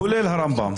כולל הרמב"ם.